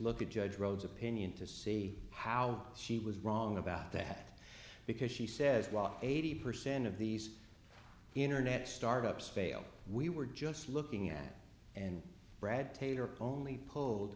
look at judge rhodes opinion to see how she was wrong about that because she says while eighty percent of these internet startups fail we were just looking at and brad taylor pony pulled